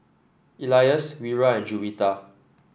Elyas Wira and Juwita